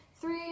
three